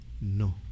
No